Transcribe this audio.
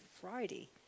Friday